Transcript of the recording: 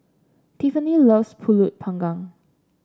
Tiffanie loves pulut Panggang